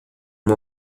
uma